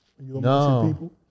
No